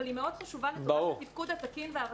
אבל היא מאוד חשובה לתפקוד התקין והרציף.